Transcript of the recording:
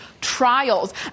trials